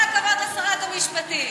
כל הכבוד לשרת המשפטים.